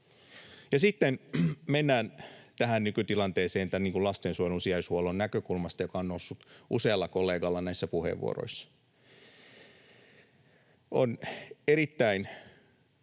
sitten mennään nykytilanteeseen tämän lastensuojelun sijaishuollon näkökulmasta, joka on noussut usealla kollegalla näissä puheenvuoroissa. On erittäin